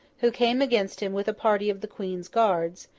who came against him with a party of the queen's guards,